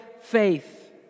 faith